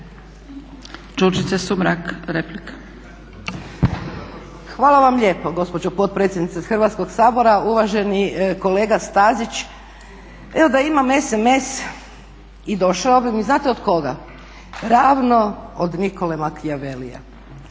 Đurđica (HDZ)** Hvala vam lijepa gospođo potpredsjednice Hrvatskog sabora. Uvaženi kolega Stazić evo da imam sms došao bi mi znate od koga? Ravno od Nicole Machiavellija.